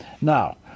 Now